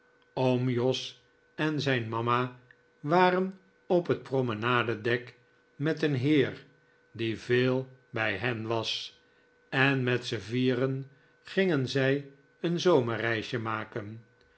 oom jos en zijn mama waren op het promenadedek met een heer die veel bij hen was en met zijn vieren gingen zij een zomerreisje maken